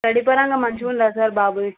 study పరంగా మంచిగా ఉందా సార్ బాబుది